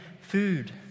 food